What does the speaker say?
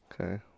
okay